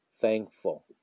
thankful